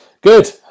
Good